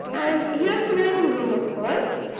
and here's the dining-room, of course.